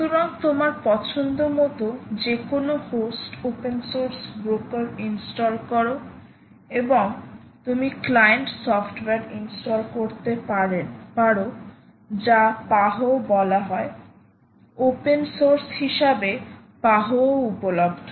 সুতরাং তোমার পছন্দ মতো যে কোনও হোস্টে ওপেন সোর্স ব্রোকার ইনস্টল করো এবং তুমি ক্লায়েন্ট সফটওয়্যার ইনস্টল করতে পারেন যা পাহো বলা হয় ওপেন সোর্স হিসাবে PAHO ও উপলব্ধ